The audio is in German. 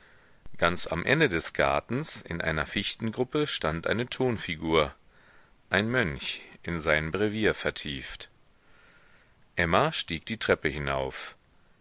ganz am ende des gartens in einer fichtengruppe stand eine tonfigur ein mönch in sein brevier vertieft emma stieg die treppe hinauf